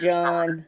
John